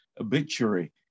obituary